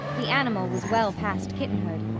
the animal was well past kitten-hood,